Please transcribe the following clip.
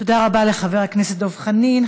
תודה רבה לחבר הכנסת דב חנין.